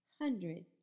hundred